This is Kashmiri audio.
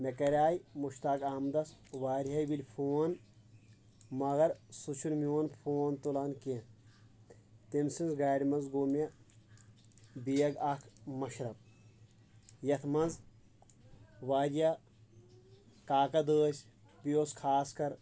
مےٚ کَراے مشتاق اَحمدس واریاہ وِلہِ فون مگر سُہ چھُنہٕ میٛون فون تُلان کیٚنٛہہ تٔمۍ سٕنٛز گاڑِ منٛز گوٚو مےٚ بیگ اَکھ مشرپھ یتھ منٛز واریاہ کاکد ٲسۍ بیٚیہِ اوس خاص کَر